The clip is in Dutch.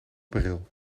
bril